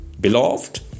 beloved